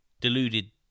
deluded